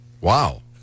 Wow